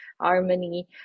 harmony